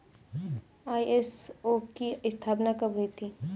ISO की स्थापना कब हुई थी?